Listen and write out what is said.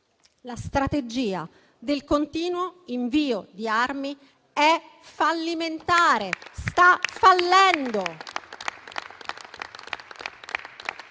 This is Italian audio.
la strategia del continuo invio di armi è fallimentare, sta fallendo.